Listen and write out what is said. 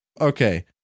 Okay